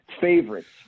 favorites